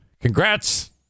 Congrats